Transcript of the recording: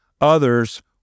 others